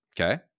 Okay